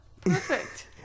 Perfect